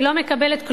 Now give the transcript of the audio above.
היא לא מקבלת שום דבר.